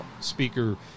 speaker